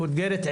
מאותגרת,